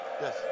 Yes